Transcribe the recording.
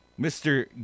Mr